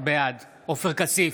בעד עופר כסיף,